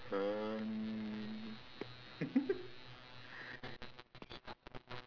hand